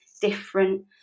different